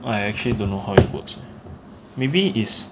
I actually don't know how it works maybe is